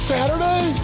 Saturday